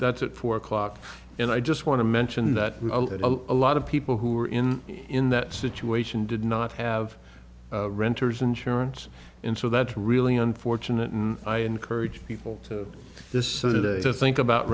that's at four o'clock and i just want to mention that a lot of people who were in in that situation did not have renter's insurance and so that's really unfortunate and i encourage people to this sort of think about